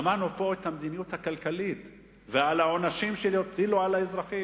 שמענו פה על המדיניות הכלכלית ועל העונשים שיטילו על האזרחים.